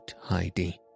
Heidi